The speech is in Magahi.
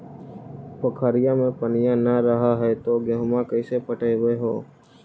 पोखरिया मे पनिया न रह है तो गेहुमा कैसे पटअब हो?